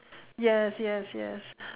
yes yes yes